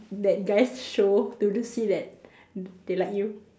that guys show to do see that d~ they like you